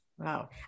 Wow